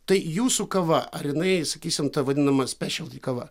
tai jūsų kava ar jinai sakysim ta vadinama spešelty kava